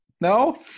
No